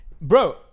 Bro